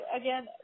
again